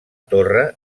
torre